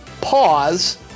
pause